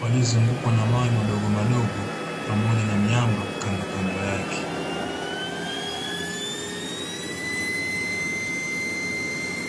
waliozungukwa na mawe madogomadogo pamoja na miamba kandokando yake.